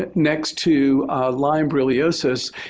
ah next to lyme borreliosis,